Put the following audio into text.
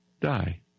die